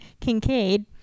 Kincaid